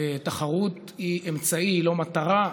תחרות היא אמצעי, היא לא מטרה.